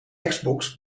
xbox